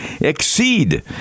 exceed